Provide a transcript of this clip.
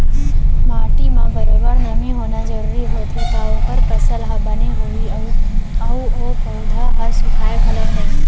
माटी म बरोबर नमी होना जरूरी होथे तव ओकर फसल ह बने होही अउ ओ पउधा ह सुखाय घलौ नई